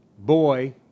boy